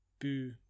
boo